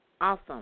Awesome